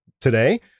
today